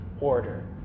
order